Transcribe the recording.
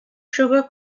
sugar